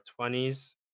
20s